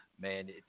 Man